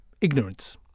ignorance